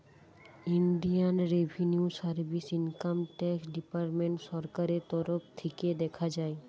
Indian revenue service income tax department সরকারের তরফ থিকে দেখা হয়